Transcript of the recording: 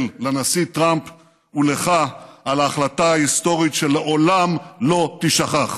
לנשיא טראמפ ולך על החלטה היסטורית שלעולם לא תישכח.